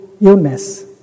illness